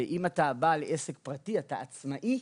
אם אתה בעל עסק פרטי, אתה עצמאי,